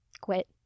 quit